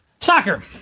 Soccer